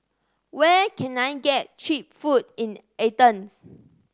where can I get cheap food in Athens